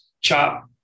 chop